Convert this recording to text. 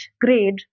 grade